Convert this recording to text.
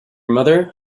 mother